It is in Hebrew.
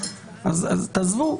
אז תעזבו.